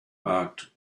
marked